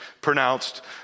pronounced